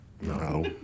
No